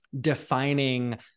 defining